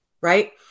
Right